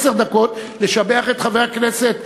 עשר דקות, לשבח את חברי הכנסת מרגלית,